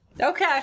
Okay